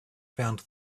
found